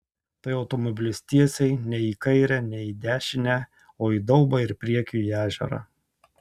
tai automobilis tiesiai nei į kairę nei į dešinę o į daubą ir priekiu į ežerą